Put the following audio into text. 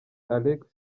alex